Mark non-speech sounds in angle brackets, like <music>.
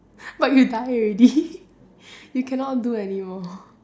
but you die already <laughs> you cannot do anymore